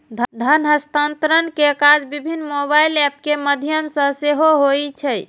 धन हस्तांतरण के काज विभिन्न मोबाइल एप के माध्यम सं सेहो होइ छै